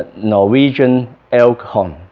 norwegian elkhound.